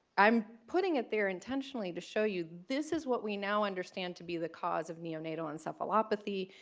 i'm putting it there intentionally to show you this is what we now understand to be the cause of neonatal encephalopathy.